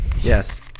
yes